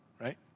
right